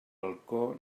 balcó